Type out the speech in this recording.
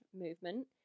movement